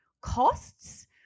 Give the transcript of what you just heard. costs